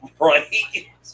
Right